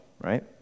right